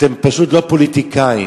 אתם פשוט לא פוליטיקאים.